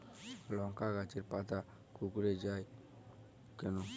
লংকা গাছের পাতা কুকড়ে যায় কেনো?